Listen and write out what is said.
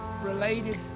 related